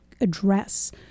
address